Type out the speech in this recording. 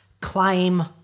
claim